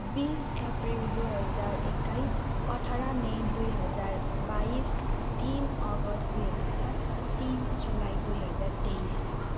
बिस अप्रेल दुई हजार एक्काइस अठार मे दुई हजार बाइस तिन अगस्त दुई हजार सात तिस जुलाई दुई हजार तेइस